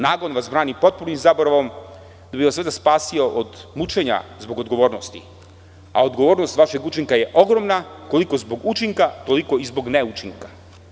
Nagon vas brani potpunim zaboravom da bi vas ovde spasio od mučenja zbog odgovornosti, a odgovornost vašeg učinka je ogromna, koliko zbog učinka, toliko i zbog ne učinka.